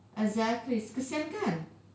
exactly kesian kan